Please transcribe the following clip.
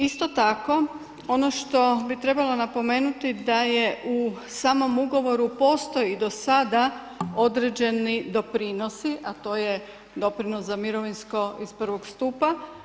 Isto tako, ono što bi trebalo napomenuti, da je u samom ugovoru, postoji do sada određeni doprinosi, a to je doprinos za mirovinsko iz prvog stupa.